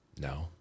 No